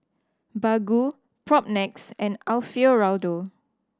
Baggu Propnex and Alfio Raldo